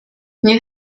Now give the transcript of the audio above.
nie